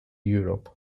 europe